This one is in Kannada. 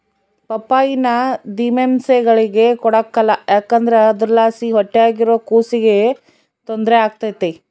ಪಪ್ಪಾಯಿನ ದಿಮೆಂಸೇಳಿಗೆ ಕೊಡಕಲ್ಲ ಯಾಕಂದ್ರ ಅದುರ್ಲಾಸಿ ಹೊಟ್ಯಾಗಿರೋ ಕೂಸಿಗೆ ತೊಂದ್ರೆ ಆಗ್ತತೆ